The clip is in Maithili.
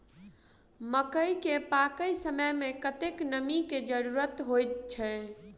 मकई केँ पकै समय मे कतेक नमी केँ जरूरत होइ छै?